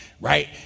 right